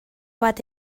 bat